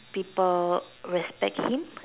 people respect him